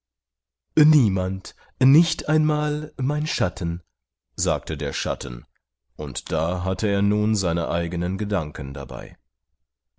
niemand nicht einmal mein schatten sagte der schatten und da hatte er nun seine eigenen gedanken dabei